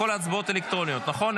כל ההצבעות אלקטרוניות, נכון?